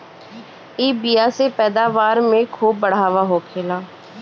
इ बिया से पैदावार में खूब बढ़ावा होखेला